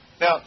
Now